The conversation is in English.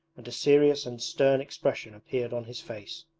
and a serious and stern expression appeared on his face.